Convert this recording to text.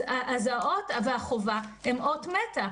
אז החוק והחובה הם אות מתה.